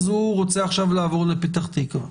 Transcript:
אז הוא רוצה עכשיו לעבור לפתח תקווה.